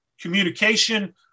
communication